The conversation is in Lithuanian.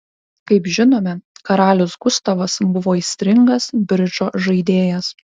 kaip žinome karalius gustavas buvo aistringas bridžo žaidėjas